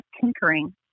tinkering